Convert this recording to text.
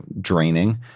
draining